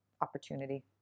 opportunity